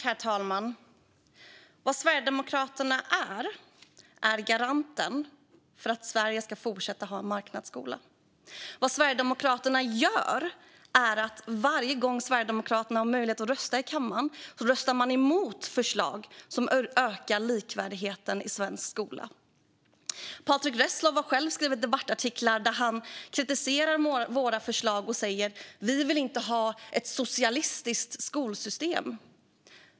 Herr talman! Vad Sverigedemokraterna är garanten för är att Sverige ska fortsätta ha marknadsskola. Vad Sverigedemokraterna gör varje gång de har möjlighet att rösta i kammaren är att rösta emot förslag som ökar likvärdigheten i svensk skola. Patrick Reslow har själv skrivit debattartiklar där han kritiserar våra förslag och säger att SD inte vill ha ett socialistiskt skolsystem.